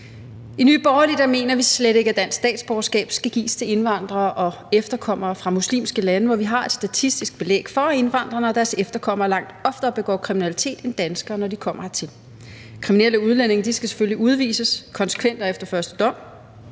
I Nye Borgerlige mener vi slet ikke, at dansk statsborgerskab skal gives til indvandrere og efterkommere fra muslimske lande, hvor vi har statistisk belæg for, at indvandrerne og deres efterkommere langt oftere begår kriminalitet end danskere, når de kommer hertil. Kriminelle udlændinge skal selvfølgelig udvises konsekvent og efter første dom,